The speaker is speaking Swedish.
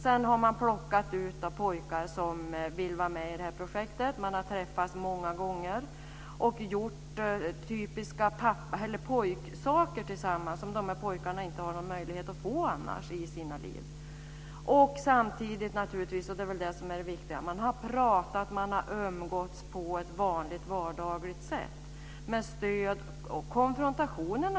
Sedan har man plockat ut pojkar som vill vara med i projektet. De har träffats många gånger och gjort typiska pojksaker tillsammans som dessa pojkar inte har någon möjlighet att få annars i sina liv. Samtidigt har man, och det är det viktiga, pratat och umgåtts på ett vardagligt sätt. Det har naturligtvis också varit konfrontationer.